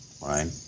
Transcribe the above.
right